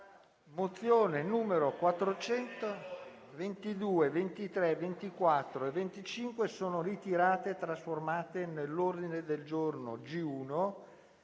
mozioni nn. 422, 423, 424 e 425 sono ritirate e trasformate nell'ordine del giorno G1.